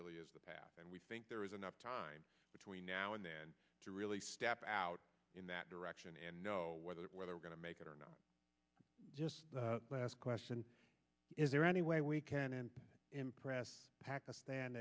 really is the path and we think there is enough time between now and then to really step out in that direction and know whether whether we're going to make it or not just last question is there any way we can impress pakistan